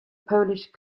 polish